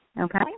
Okay